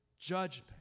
judgment